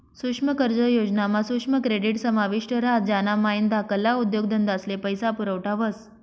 सुक्ष्म कर्ज योजना मा सुक्ष्म क्रेडीट समाविष्ट ह्रास ज्यानामाईन धाकल्ला उद्योगधंदास्ले पैसा पुरवठा व्हस